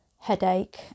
headache